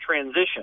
transition